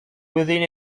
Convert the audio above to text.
within